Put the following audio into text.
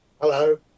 Hello